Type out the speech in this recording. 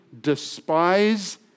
despise